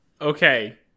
Okay